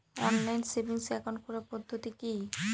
Online savings account খোলার পদ্ধতি কি?